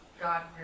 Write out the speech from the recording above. God